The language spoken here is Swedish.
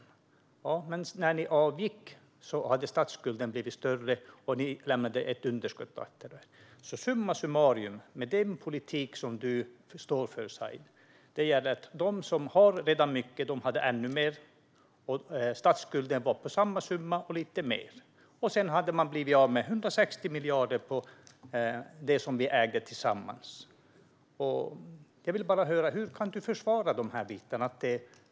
Ja, men när ni avgick hade statsskulden blivit större. Ni lämnade ett underskott efter er. Summa summarum innebar den politik som du står för, Said, att de som redan hade mycket fick ännu mer. Statsskulden hade blivit lite större. Vi hade blivit av med det som ni sålde för 160 miljarder, det som vi ägde tillsammans. Jag vill bara höra: Hur kan du försvara dessa bitar?